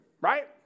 Right